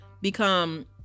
become